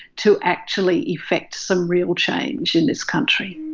to actually effect some real change in this country